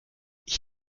ich